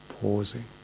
pausing